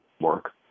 work